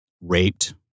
raped